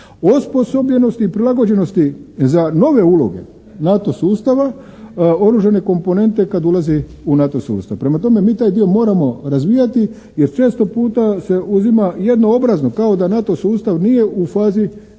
osposobljenosti i prilagođenosti za nove uloge NATO sustava, oružane komponente kada ulazi u NATO sustav. Prema tome mi taj dio moramo razvijati jer često puta se uzima jednoobrazno kao da NATO sustav nije u fazi